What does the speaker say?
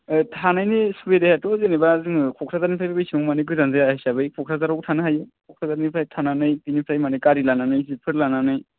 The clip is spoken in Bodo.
थानायनि सुबिदायाथ' जेनेबा जोङो क'क्राझारनिफ्रायबो एसेबां मानि गोजान जाया हिसाबै क'क्राझारावबो थानो हायो क'क्राझारनिफ्राय थानानै बिनिफ्राय माने गारि लानानै जिपफोर लानानै